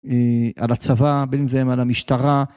אה... על הצבא, בין זה אם על המשטרה.